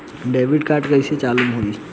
Debit card कइसे चालू होई?